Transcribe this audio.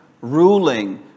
ruling